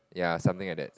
ya something like that